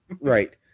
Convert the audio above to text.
Right